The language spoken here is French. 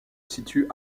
situe